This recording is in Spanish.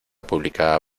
publicada